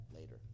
later